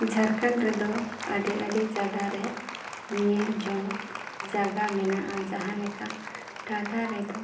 ᱡᱷᱟᱨᱠᱷᱚᱸᱰ ᱨᱮᱫᱚ ᱟᱹᱰᱤ ᱟᱹᱰᱤ ᱡᱟᱭᱜᱟᱨᱮ ᱧᱮᱞᱡᱚᱝ ᱡᱟᱭᱜᱟ ᱢᱮᱱᱟᱜᱼᱟ ᱡᱟᱦᱟᱸᱞᱮᱠᱟ ᱴᱟᱴᱟ ᱨᱮᱫᱚ